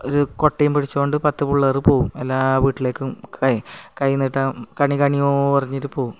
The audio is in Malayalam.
ഒരു കൊട്ടയും പിടിച്ചു കൊണ്ട് പത്തു പിള്ളേർ പോകും എല്ലാ വീട്ടിലേക്കും കൈ കൈനീട്ടം കണി കണിയോയെന്നു പറഞ്ഞിട്ട് പോകും